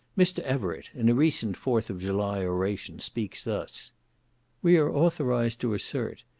mr. everett, in a recent fourth of july oration, speaks thus we are authorised to assert,